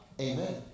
Amen